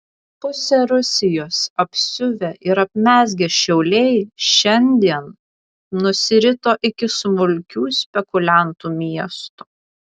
pusę rusijos apsiuvę ir apmezgę šiauliai šiandien nusirito iki smulkių spekuliantų miesto